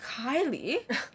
Kylie